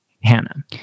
Hannah